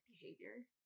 behavior